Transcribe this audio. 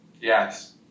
Yes